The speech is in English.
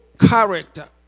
character